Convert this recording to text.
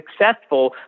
successful